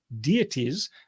deities